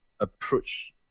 approach